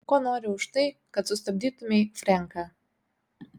ko nori už tai kad sustabdytumei frenką